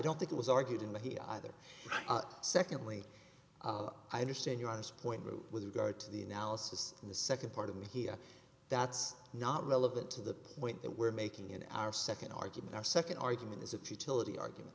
don't think it was argued in the he either secondly i understand your point group with regard to the analysis in the second part of me here that's not relevant to the point that we're making in our second argument our second argument is a futility argument